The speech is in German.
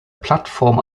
plattform